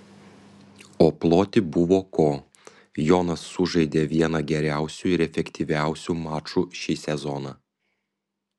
o ploti buvo ko jonas sužaidė vieną geriausių ir efektyviausių mačų šį sezoną